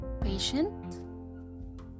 patient